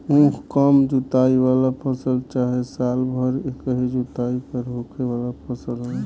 उख कम जुताई वाला फसल चाहे साल भर एकही जुताई पर होखे वाला फसल हवे